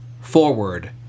Forward